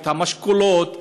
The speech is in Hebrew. את המשקולות,